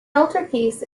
altarpiece